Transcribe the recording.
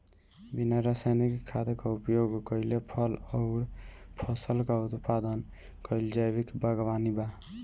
बिना रासायनिक खाद क उपयोग कइले फल अउर फसल क उत्पादन कइल जैविक बागवानी बा